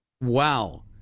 wow